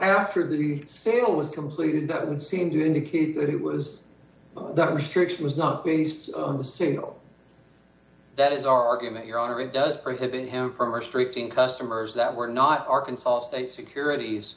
after the sale was completed that would seem to indicate that it was but that restriction was not based on the serial that is our argument your honor it does prohibit him from restricting customers that were not arkansas state securities